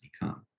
become